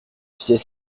pieds